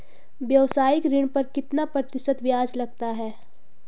व्यावसायिक ऋण पर कितना प्रतिशत ब्याज लगता है?